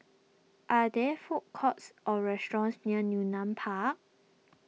are there food courts or restaurants near Yunnan Park